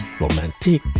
romantic